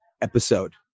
episode